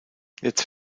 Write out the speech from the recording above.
jetzt